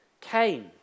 came